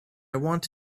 want